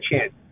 chance